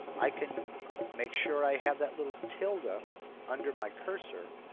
i can make sure i have that little tilde ah under my cursor.